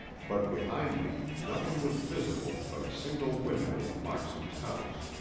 but behind me nothing was visible but a single window of moxon's house.